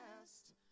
past